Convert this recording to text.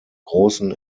großen